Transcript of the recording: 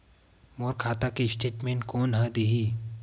मोर खाता के स्टेटमेंट कोन ह देही?